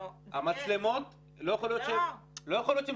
לגבי המצלמות, לא יכול להיות שהם